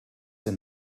than